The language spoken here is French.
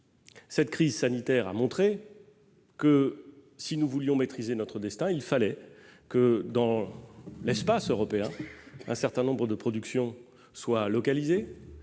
cette crise sanitaire a montré que, si nous voulions maîtriser notre destin, il fallait que, dans l'espace européen, un certain nombre de productions soient localisées,